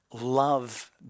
love